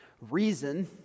Reason